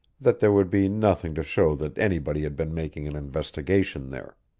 that there would be nothing to show that anybody had been making an investigation there.